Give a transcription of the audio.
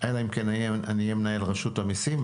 אלא אם כן אני אהיה מנהל רשות המיסים,